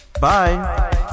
Bye